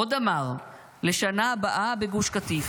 עוד אמר: "לשנה הבאה בגוש קטיף",